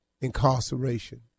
incarceration